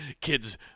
kids